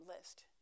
list